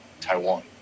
Taiwan